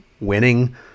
winning